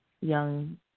young